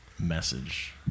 message